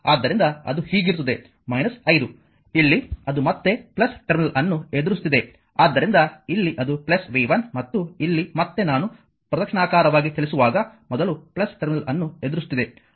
ಆದ್ದರಿಂದ ಅದು ಹೀಗಿರುತ್ತದೆ 5 ಇಲ್ಲಿ ಅದು ಮತ್ತೆ ಟರ್ಮಿನಲ್ ಅನ್ನು ಎದುರಿಸುತ್ತಿದೆ ಆದ್ದರಿಂದ ಇಲ್ಲಿ ಅದು v1 ಮತ್ತು ಇಲ್ಲಿ ಮತ್ತೆ ನಾನು ಪ್ರದಕ್ಷಿಣಾಕಾರವಾಗಿ ಚಲಿಸುವಾಗ ಮೊದಲು ಟರ್ಮಿನಲ್ ಅನ್ನು ಎದುರಿಸುತ್ತಿದೆ